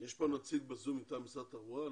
יש נציג בזום מטעם משרד התחבורה?